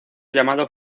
llamado